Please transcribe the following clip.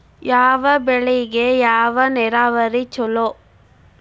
ಯಾವ ಬೆಳಿಗೆ ಯಾವ ನೇರಾವರಿ ಛಲೋ?